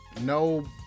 no